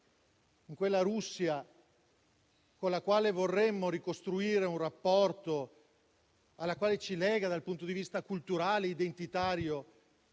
in Russia, con la quale vorremmo ricostruire un rapporto e alla quale ci legano dal punto di vista culturale e identitario